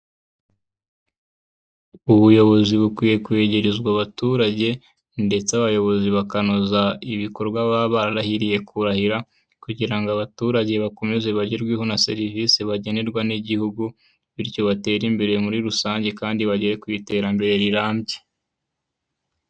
Ubuyobozi bukwiye kwegerezwa abaturage ndetse abayobozi bakanoza ibikorwa baba bararahiriye kurahira, kugira ngo abaturage bakomeze bagerweho na serivisi bagenerwa n'Igihugu bityo batere imbere muri rusange kandi bagere ku iterambere rirambye.